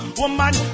woman